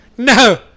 No